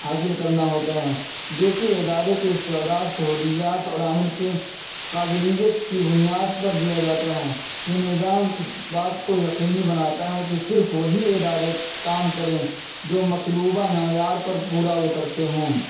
حاصل کرنا ہوتا ہے جو کہ ادارے کے استعداد سہولیات اور عمل کے قابلیت کی بنیاد پر دیا جاتا ہے یہ نظام اس بات کو یقینی بناتا ہے کہ صرف وہی ادارے کام کریں جو مطلوبہ معیار پر پورا اترتے ہوں